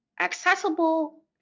accessible